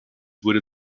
wurde